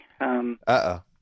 Uh-oh